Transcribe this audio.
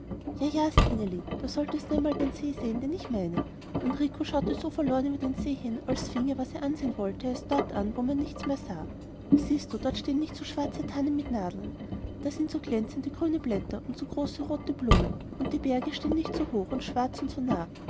ja ja stineli du solltest nur einmal den see sehen den ich meine und rico schaute so verloren über den see hin als finge was er ansehen wollte erst dort an wo man nichts mehr sah siehst du dort stehen nicht so schwarze tannen mit nadeln da sind so glänzende grüne blätter und große rote blumen und die berge stehen nicht so hoch und schwarz und so nah